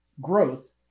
growth